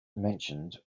mentioned